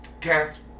Cast